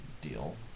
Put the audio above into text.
deal